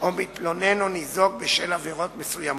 או מתלונן או ניזוק בשל עבירות מסוימות.